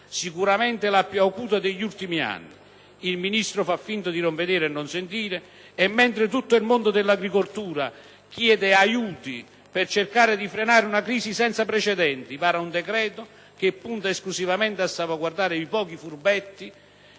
sicuramente la più acuta degli ultimi anni. Il Ministro fa finta di non vedere e non sentire e, mentre tutto il mondo dell'agricoltura chiede aiuti per cercare di frenare una crisi senza precedenti, vara un provvedimento che punta esclusivamente a salvaguardare i pochi "furbetti"